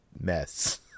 mess